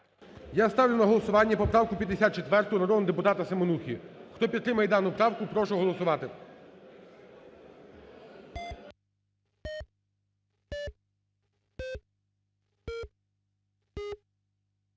Я ставлю на голосування поправку 54 народного депутата Семенухи. Хто підтримує дану правку, прошу голосувати.